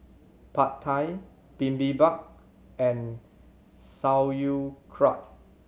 Pad Thai Bibimbap and Sauerkraut